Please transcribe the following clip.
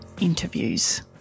Interviews